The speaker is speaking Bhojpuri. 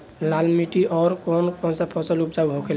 लाल माटी मे आउर कौन कौन फसल उपजाऊ होखे ला?